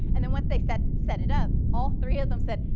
and then once they set set it up, all three of them said,